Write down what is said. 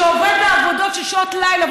שעובדים בו בשעות הלילה,